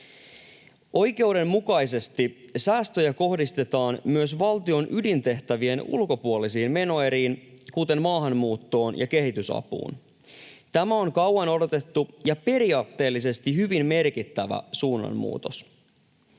Oikeudenmukaisesti säästöjä kohdistetaan myös valtion ydintehtävien ulkopuolisiin menoeriin, kuten maahanmuuttoon ja kehitysapuun. Tämä on kauan odotettu ja periaatteellisesti hyvin merkittävä suunnanmuutos.